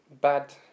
bad